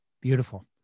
Beautiful